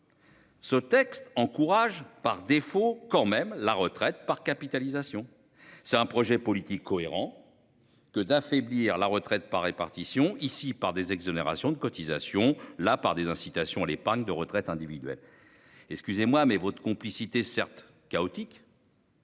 Ce texte encourage par défaut quand même la retraite par capitalisation. C'est un projet politique cohérent. Que d'affaiblir la retraite par répartition ici par des exonérations de cotisations, la part des incitations à l'épargne de retraite individuelle. Excusez-moi mais votre complicité certes chaotique.